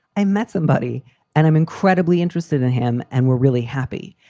i met somebody and i'm incredibly interested in him and we're really happy.